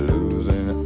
Losing